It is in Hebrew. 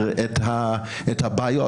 בפתרון הבעיות